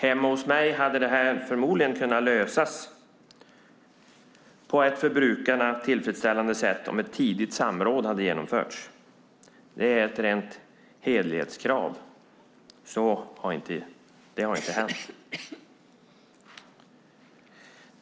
Hemma hos mig hade detta förmodligen kunnat lösas på ett för brukarna tillfredsställande sätt om ett tidigt samråd hade genomförts. Det är ett rent hederlighetskrav. Det har inte hänt.